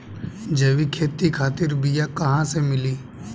जैविक खेती खातिर बीया कहाँसे मिली?